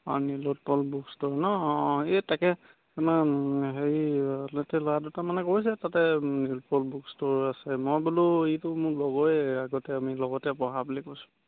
অঁ Nilotpal book store ন অঁ এই তাকে আমাৰ হেৰি ইয়াতে ল'ৰা দুটা মানে কৈছে তাতে নীলোৎপল বুক ষ্ট'ৰ আছে মই বোলো এইটো মোৰ লগৰে আগতে আমি লগতে পঢ়া বুলি কৈছোঁ